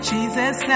Jesus